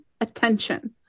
attention